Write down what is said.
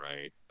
right